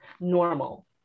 normal